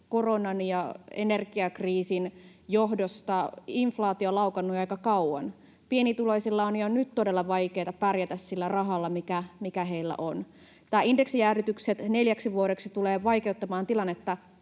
koronan ja energiakriisin johdosta inflaatio laukannut jo aika kauan, pienituloisilla on jo nyt todella vaikeata pärjätä sillä rahalla, mikä heillä on, niin nämä indeksijäädytykset neljäksi vuodeksi tulevat vaikeuttamaan tilannetta